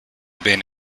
been